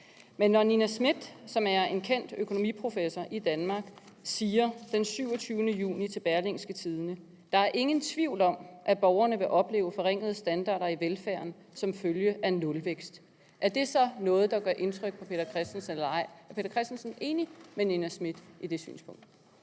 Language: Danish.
Men når Nina Schmidt, som er en kendt økonomiprofessor i Danmark, den 26. juni siger til Berlingske: »Der er ingen tvivl om, at borgerne vil opleve forringede standarder i velfærden som følge af nulvækst«, er det så noget, der gør indtryk på hr. Peter Christensen? Er hr. Peter Christensen enig med Nina Schmidt i det synspunkt?